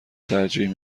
ترجیح